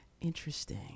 Interesting